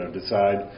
decide